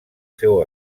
seu